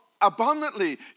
abundantly